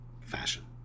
fashion